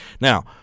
Now